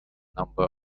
number